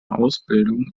ausbildung